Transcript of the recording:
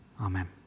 Amen